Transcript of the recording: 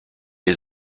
les